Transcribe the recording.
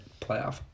playoff